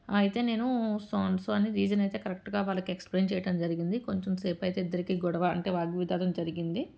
అయితే నేను so and so అని రీజన్ అయితే కరెక్ట్గా వాళ్ళకి ఎక్స్ప్లెయిన్ చేయడం జరిగింది కొంచెం సేపు అయితే ఇద్దరికీ గొడవ అంటే వాగ్వివాదం జరిగింది